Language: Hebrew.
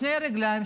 שתי רגליים,